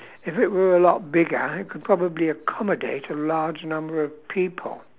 if it were a lot bigger it could probably accommodate a large number of people